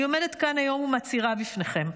אני עומדת כאן היום ומצהירה בפניכם: